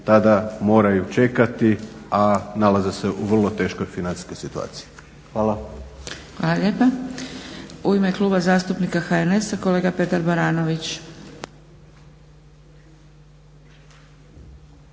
tada moraju čekati a nalaze se u vrlo teškoj financijskoj situaciji. Hvala. **Zgrebec, Dragica (SDP)** Hvala lijepa. U ime Kluba zastupnika HNS-a, kolega Petar Baranović.